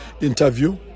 interview